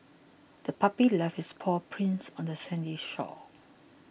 the puppy left its paw prints on the sandy shore